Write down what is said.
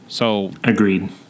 Agreed